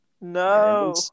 No